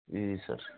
ji sir sir